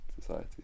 society